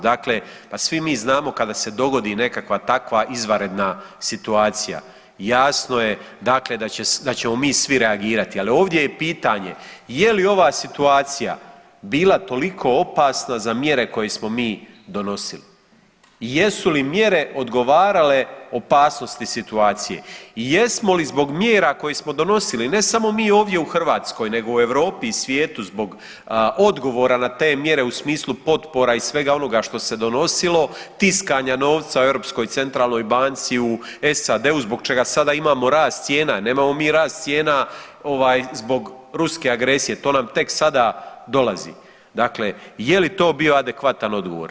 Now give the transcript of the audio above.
Dakle, pa svi mi znamo kada se dogodi nekakva takva izvanredna situacija jasno je dakle da ćemo mi svi reagirati, ali ovdje je pitanje je li ova situacija bila toliko opasna za mjere koje smo mi donosili i jesu li mjere odgovarale opasnosti situacije i jesmo li zbog mjera koje smo donosili ne samo mi ovdje u Hrvatskoj nego i u Europi i svijetu zbog odgovora na te mjere u smislu potpora i svega onoga što se donosilo, tiskanja novca u Europskoj centralnoj banci u SAD-u zbog čega sada imamo rast cijena, nemamo mi rast cijena ovaj zbog ruske agresije, to nam tek sada dolazi, dakle je li to bio adekvatan odgovor?